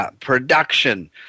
production